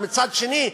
ומצד שני,